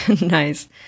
Nice